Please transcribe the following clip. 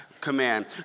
command